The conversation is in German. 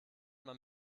man